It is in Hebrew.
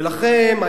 ולכם,